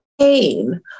pain